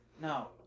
No